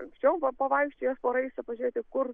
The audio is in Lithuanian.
anksčiau va pavaikščiojo po raistą pažiūrėti kur